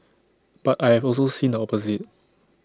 but I have also seen the opposite